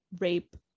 rape